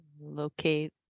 locate